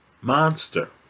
monster